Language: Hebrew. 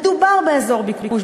מדובר באזור ביקוש,